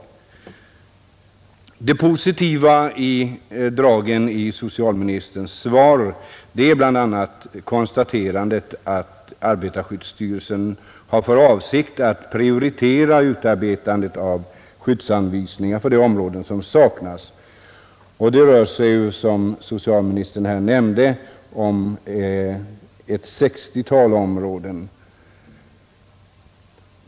Till de positiva dragen i socialministerns svar hör bl.a. konstaterandet att arbetarskyddsstyrelsen har för avsikt att prioritera utarbetandet av skyddsanvisningar för de områden där sådana saknas. Det rör sig ju, som socialministern här nämnde, om ett 60-tal områden.